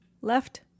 left